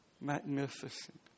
magnificent